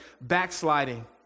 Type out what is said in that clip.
backsliding